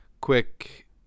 quick